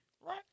Right